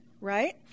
right